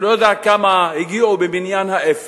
אני לא יודע לכמה הגיעו במניין ה-F,